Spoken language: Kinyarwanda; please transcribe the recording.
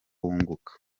wunguka